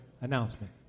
announcement